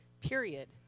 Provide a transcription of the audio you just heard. period